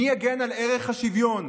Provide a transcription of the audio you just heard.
מי יגן על ערך השוויון?